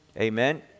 Amen